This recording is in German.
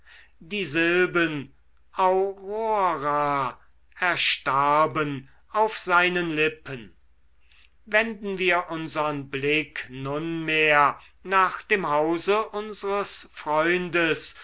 die silben au ro ra erstarben auf seinen lippen wenden wir unsern blick nunmehr nach dem hause unsres freundes